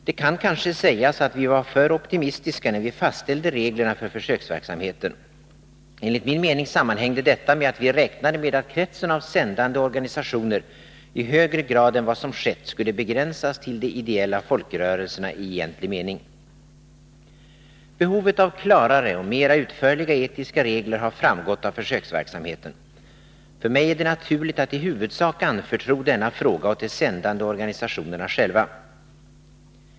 Det kan kanske sägas att vi var för optimistiska när vi fastställde reglerna för försöksverksamheten. Enligt min mening sammanhängde detta med att vi räknade med att kretsen av sändande organisationer i högre grad än vad som skett skulle begränsas till de ideella folkrörelserna i egentlig mening. Behovet av klarare och mera utförliga etiska regler har framgått av försöksverksamheten. För mig är det naturligt att i huvudsak anförtro denna fråga åt de sändande organisationerna själva.